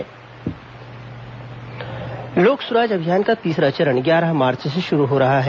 लोक सुराज अभियान लोक सुराज अभियान का तीसरा चरण ग्यारह मार्च से शुरू हो रहा है